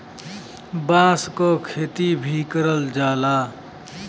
बांस क खेती भी करल जाला